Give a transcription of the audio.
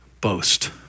boast